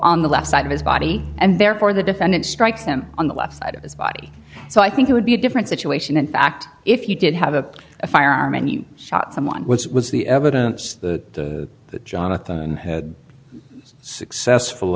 on the left side of his body and therefore the defendant strikes him on the left side of his body so i think it would be a different situation in fact if you did have a firearm and shot someone which was the evidence the jonathan had successful